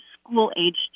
school-aged